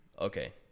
Okay